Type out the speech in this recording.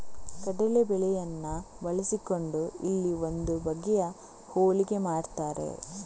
ಕಡಲೇ ಬೇಳೆಯನ್ನ ಬಳಸಿಕೊಂಡು ಇಲ್ಲಿ ಒಂದು ಬಗೆಯ ಹೋಳಿಗೆ ಮಾಡ್ತಾರೆ